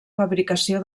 fabricació